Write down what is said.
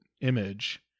image